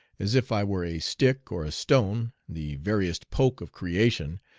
as if i were a stick or a stone, the veriest poke of creation,